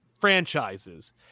franchises